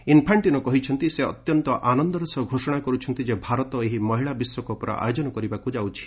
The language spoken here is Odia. ଇନ୍ଫାର୍କ୍ଷିନୋ କହିଛନ୍ତି ସେ ଅତ୍ୟନ୍ତ ଆନନ୍ଦର ସହ ଘୋଷଣା କରୁଛନ୍ତି ଯେ ଭାରତ ଏହି ମହିଳା ବିଶ୍ୱକପ୍ର ଆୟୋଜନ କରିବାକୁ ଯାଉଛି